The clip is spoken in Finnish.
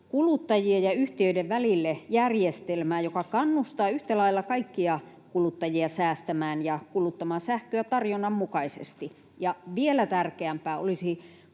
kuluttajien ja yhtiöiden välille järjestelmää, joka kannustaa yhtä lailla kaikkia kuluttajia säästämään ja kuluttamaan sähköä tarjonnan mukaisesti, ja vielä tärkeämpää olisi